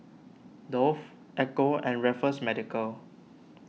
Dove Ecco and Raffles Medical